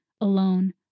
alone